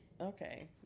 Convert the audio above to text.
okay